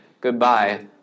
goodbye